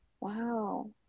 Wow